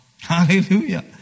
Hallelujah